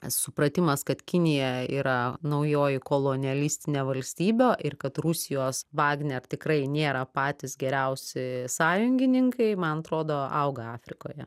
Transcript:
supratimas kad kinija yra naujoji kolonelistinė valstybė ir kad rusijos vagner tikrai nėra patys geriausi sąjungininkai man atrodo auga afrikoje